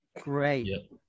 Great